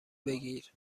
بگیر